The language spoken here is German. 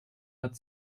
hat